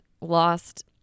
lost